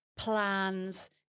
Plans